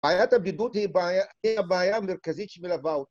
בעיית הבידוד היא הבעיה המרכזית שמלווה